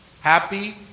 Happy